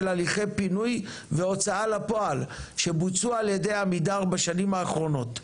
הליכי פינוי והוצאה לפועל שבוצעו על ידי עמידר בשנים האחרונות.